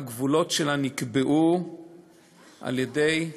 הגבולות שלה נקבעו על-ידי,